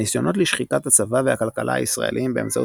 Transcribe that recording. הניסיונות לשחיקת הצבא והכלכלה הישראליים באמצעות